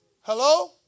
Hello